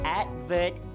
advert